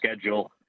schedule